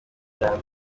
iya